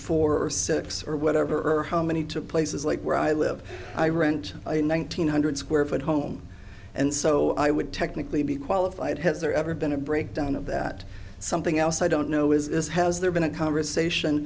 or six or whatever or how many to places like where i live i rent in one thousand eight hundred square foot home and so i would technically be qualified has there ever been a breakdown of that something else i don't know is has there been a conversation